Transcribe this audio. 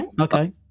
Okay